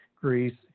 Greece